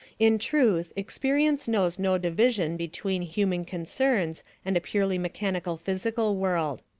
in truth, experience knows no division between human concerns and a purely mechanical physical world.